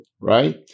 Right